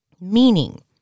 Meaning